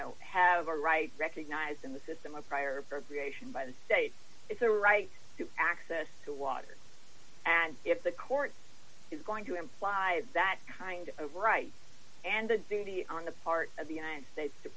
have a right recognized in the system a prior appropriation by the state it's a right to access to water and if the court is going to imply that kind of rights and the duty on the part of the united states to